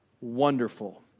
wonderful